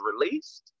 released